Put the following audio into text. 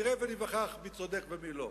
נראה וניווכח מי צודק ומי לא.